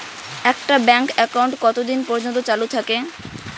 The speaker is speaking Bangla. একটা ব্যাংক একাউন্ট কতদিন পর্যন্ত চালু থাকে?